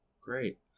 Great